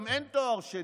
גם אין תואר שני,